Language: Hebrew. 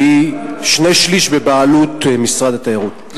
ששני-שלישים ממנה בבעלות משרד התיירות.